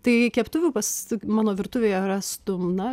tai keptuvių pas mano virtuvėje rastum na